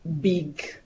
big